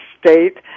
state